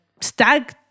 stag